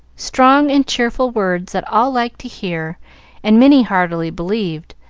strong and cheerful words that all liked to hear and many heartily believed,